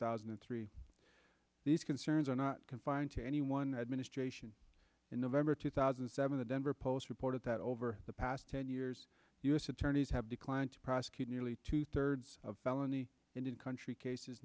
thousand and three these concerns are not confined to any one administration in november two thousand and seven the denver post reported that over the past ten years u s attorneys have declined to prosecute nearly two thirds of felony and in country cases